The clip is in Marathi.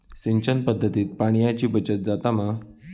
सिंचन पध्दतीत पाणयाची बचत जाता मा?